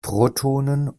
protonen